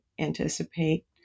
anticipate